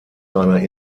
seiner